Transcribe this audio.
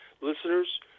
listeners